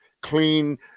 clean